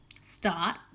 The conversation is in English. start